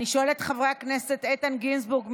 אני שואלת את חברי הכנסת איתן גינזבורג,